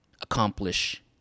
accomplish